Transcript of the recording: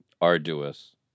arduous